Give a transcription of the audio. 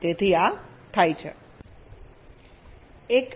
તેથી આ થાય છે